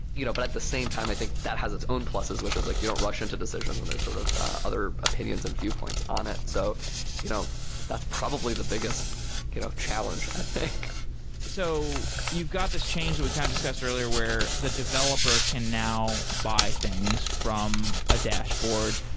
you know but at the same time, i think that has its own pluses, which is like you don't rush into decisions when there're sort of other opinions and viewpoints on it. so you know that's probably the biggest you know challenge i think so you've got this change that we kind of discussed earlier where the developer can now buy things from a dashboard,